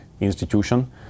institution